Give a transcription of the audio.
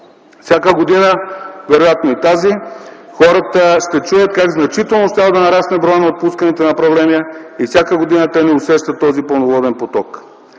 Всяка година, вероятно и тази, хората ще чуят как значително щял да нарасне броят на отпусканите направления и всяка година те не усещат този пълноводен поток.